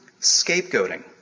scapegoating